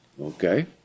Okay